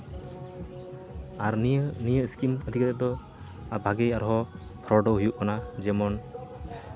ᱟᱨ ᱱᱤᱭᱟᱹ ᱱᱤᱭᱟᱹ ᱤᱥᱠᱤᱢ ᱤᱫᱤ ᱠᱟᱛᱮ ᱫᱚ ᱟᱨ ᱵᱷᱟᱜᱮ ᱟᱨᱦᱚᱸ ᱯᱷᱨᱚᱰ ᱦᱚᱸ ᱦᱩᱭᱩᱜ ᱠᱟᱱᱟ ᱡᱮᱢᱚᱱ